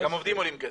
גם עובדים עולים כסף.